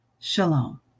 Shalom